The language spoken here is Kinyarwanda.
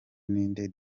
ninde